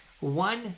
One